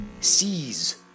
Seize